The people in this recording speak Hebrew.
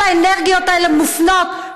כל האנרגיות האלה מופנות,